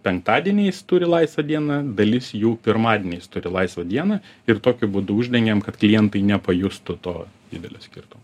penktadieniais turi laisvą dieną dalis jų pirmadieniais turi laisvą dieną ir tokiu būdu uždengiam kad klientai nepajustų to didelio skirtumo